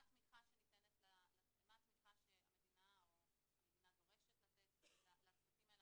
מה התמיכה שהמדינה דורשת לתת לצוותים האלה.